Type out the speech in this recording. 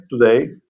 today